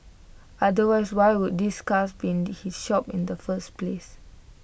otherwise why would these cars be in his shop in the first place